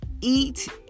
eat